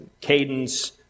cadence